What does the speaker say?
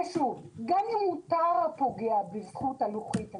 ושוב גם אם אותר הפוגע בזכות הלוחית הזו,